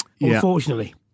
unfortunately